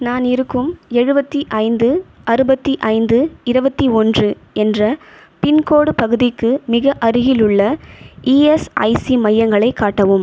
நான் இருக்கும் எழுபத்தி ஐந்து அறுபத்தி ஐந்து இருபத்தி ஒன்று என்ற பின்கோடு பகுதிக்கு மிக அருகிலுள்ள இஎஸ்ஐசி மையங்களைக் காட்டவும்